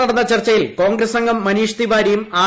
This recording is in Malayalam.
തുടർന്ന് നടന്ന ചർച്ചയിൽ കോൺഗ്രസ് അംഗം മനീഷ് തിവാരിയും ആർ